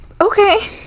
Okay